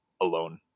alone